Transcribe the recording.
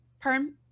Perm